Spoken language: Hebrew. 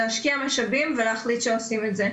להשקיע משאבים ולהחליט שעושים את זה,